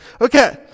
Okay